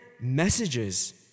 messages